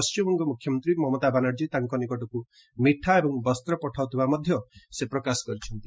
ପଣ୍ଢିବଙ୍ଗ ମୁଖ୍ୟମନ୍ତ୍ରୀ ମମତା ବାନାର୍ଜୀ ତାଙ୍କ ନିକଟକୁ ମିଠା ଏବଂ ବସ୍ତ୍ର ପଠାଉଥିବା ସେ ପ୍ରକାଶ କରିଛନ୍ତି